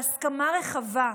בהסכמה רחבה.